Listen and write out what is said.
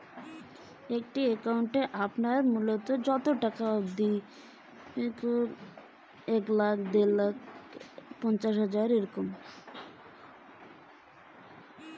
একটা একাউন্ট এ কতো টাকা জমা করা যাবে?